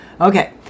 Okay